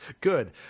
Good